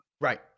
Right